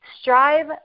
Strive